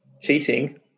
Cheating